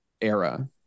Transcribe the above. era